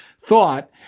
thought